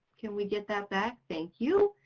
can we get that back? thank you.